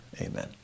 Amen